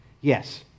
Yes